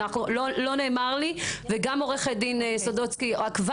לא נאמר לי וגם עורכת דין סודוצקי עקבה